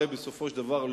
בסופו של דבר,